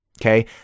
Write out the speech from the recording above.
Okay